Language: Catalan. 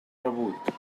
rebut